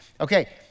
Okay